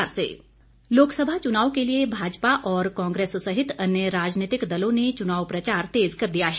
चुनाव प्रचार लोकसभा चुनाव के लिए भाजपा और कांग्रेस सहित अन्य राजनीतिक दलों ने चुनाव प्रचार तेज कर दिया है